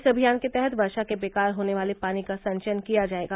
इस अभियान के तहत वर्षा के बेकार होने वाले पानी का संचयन किया जाएगा